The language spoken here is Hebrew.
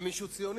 למי שהוא ציוני.